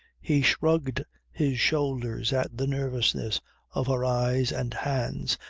he shrugged his shoulders at the nervousness of her eyes and hands,